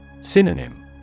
Synonym